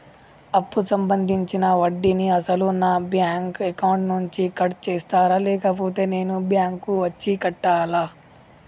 అప్పు సంబంధించిన వడ్డీని అసలు నా బ్యాంక్ అకౌంట్ నుంచి కట్ చేస్తారా లేకపోతే నేను బ్యాంకు వచ్చి కట్టాలా?